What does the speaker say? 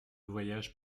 voyage